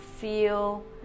feel